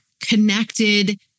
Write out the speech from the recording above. connected